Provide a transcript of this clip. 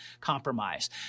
compromise